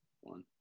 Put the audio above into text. one